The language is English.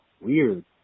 weird